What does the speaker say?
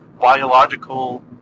biological